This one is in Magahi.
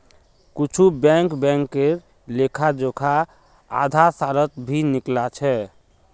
कुछु बैंक बैंकेर लेखा जोखा आधा सालत भी निकला छ